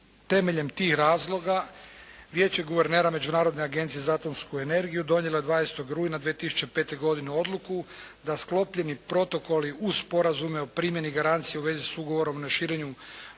Temeljem tih razloga Vijeće guvernera Međunarodne agencije za atomsku energiju donijelo je 20. rujna 2005. godine odluku da sklopljeni protokoli uz sporazume o primjeni i garanciji u vezi s Ugovorom na širenju